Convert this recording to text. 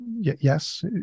Yes